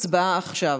הצבעה עכשיו.